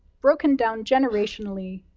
broken down generationally,